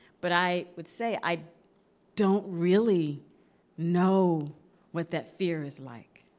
but i would say i don't really know what that fear is like.